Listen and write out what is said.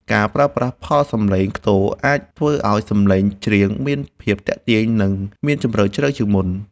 ការប្រើប្រាស់ផលសំឡេងខ្ទរអាចធ្វើឱ្យសំឡេងច្រៀងមានភាពទាក់ទាញ និង មានជម្រៅជ្រៅជាងមុន។